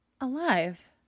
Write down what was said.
Alive